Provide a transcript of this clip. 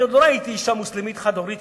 אני עוד לא ראיתי אשה מוסלמית חד-הורית